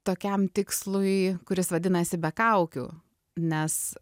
tokiam tikslui kuris vadinasi be kaukių nes